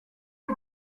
est